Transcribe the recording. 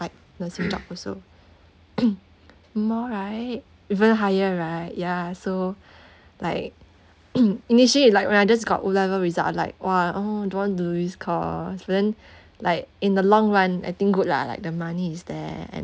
like nursing job also more right even higher right ya so like initially like when I just got O level result I like !wah! oh don't want do this course then like in the long run I think good lah like the money is there and